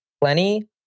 Plenty